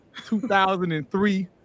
2003